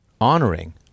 honoring